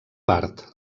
part